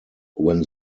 when